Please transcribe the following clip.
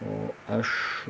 o aš